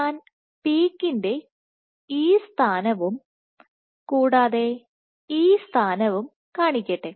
ഞാൻ പീക്കിന്റെ ഈ സ്ഥാനവും കൂടാതെ ഈ സ്ഥാനവും കാണിക്കട്ടെ